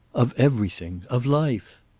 of everything of life.